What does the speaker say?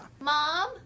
Mom